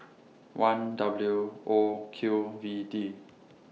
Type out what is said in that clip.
one W O Q V D